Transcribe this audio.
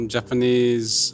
Japanese